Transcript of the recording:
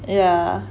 yeah